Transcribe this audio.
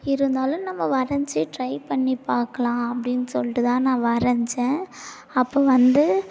இருந்தாலும் நம்ம வரைந்து ட்ரை பண்ணி பார்க்கலாம் அப்படின்னு சொல்லிட்டு தான் நான் வரைந்தேன் அப்போ வந்து